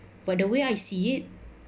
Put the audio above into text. but the way I see it